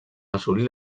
assolir